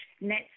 net